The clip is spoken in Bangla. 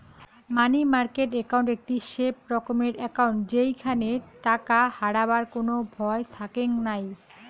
মানি মার্কেট একাউন্ট একটি সেফ রকমের একাউন্ট যেইখানে টাকা হারাবার কোনো ভয় থাকেঙ নাই